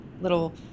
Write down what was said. little